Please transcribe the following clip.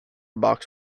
box